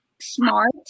smart